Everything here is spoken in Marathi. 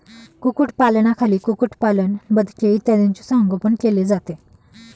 कुक्कुटपालनाखाली कुक्कुटपालन, बदके इत्यादींचे संगोपन केले जाते